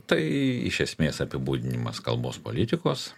tai iš esmės apibūdinimas kalbos politikos